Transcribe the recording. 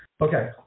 Okay